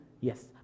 Yes